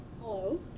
Hello